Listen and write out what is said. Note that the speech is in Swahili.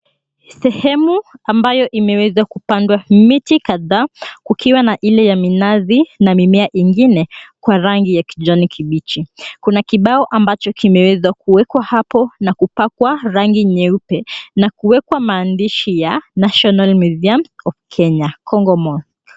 Sehemu ambayo imewezwa kupandwa miti kadhaa kukiwa na ile ya minazi na mimea ingine kwa rangi ya kijani kibichi. Kuna kibao ambacho kimewezwa kuwekwa hapo na kupakwa rangi nyeupe na kuwekwa maandishi ya NATIONAL MUSEUM OF KENYA KONGO MOSQUE.